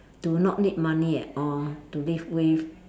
do not need money at all to live with